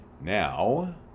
Now